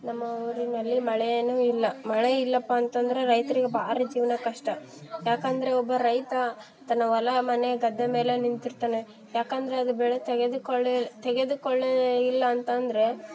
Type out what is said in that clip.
ನಮ್ಮ ಊರಿನಲ್ಲಿ ಮಳೆ ಏನು ಇಲ್ಲ ಮಳೆ ಇಲ್ಲಪ್ಪ ಅಂತಂದರೆ ರೈತ್ರಿಗೆ ಭಾರಿ ಜೀವನ ಕಷ್ಟ ಯಾಕಂದರೆ ಒಬ್ಬ ರೈತ ತನ್ನ ಹೊಲ ಮನೆ ಗದ್ದೆ ಮೇಲೆ ನಿಂತಿರ್ತಾನೆ ಯಾಕಂದರೆ ಅದು ಬೆಳೆ ತೆಗೆದುಕೊಳ್ಳಿ ತೆಗೆದುಕೊಳ್ಳಿ ಇಲ್ಲ ಅಂತಂದರೆ